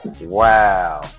wow